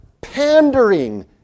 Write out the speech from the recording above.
pandering